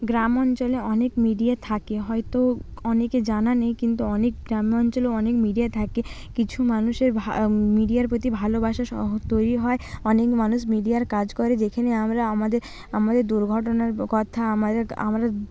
গ্রাম অঞ্চলে অনেক মিডিয়া থাকে হয়তো অনেকের জানা নেই কিন্তু অনেক গ্রাম অঞ্চলে অনেক মিডিয়া থাকে কিছু মানুষের মিডিয়ার প্রতি ভালোবাসা সহ তৈরি হয় অনেক মানুষ মিডিয়ার কাজ করে যেখানে আমরা আমাদের আমাদের দুর্ঘটনার কথা আমাদেরকে আমাদের